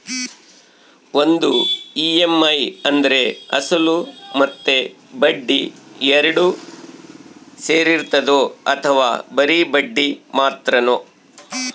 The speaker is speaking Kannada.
ಒಂದು ಇ.ಎಮ್.ಐ ಅಂದ್ರೆ ಅಸಲು ಮತ್ತೆ ಬಡ್ಡಿ ಎರಡು ಸೇರಿರ್ತದೋ ಅಥವಾ ಬರಿ ಬಡ್ಡಿ ಮಾತ್ರನೋ?